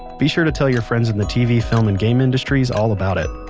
be sure to tell your friends in the tv, film and game industries all about it